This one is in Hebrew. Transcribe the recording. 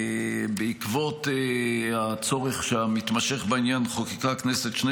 בעקבות הצורך המתמשך בעניין חוקקה הכנסת שני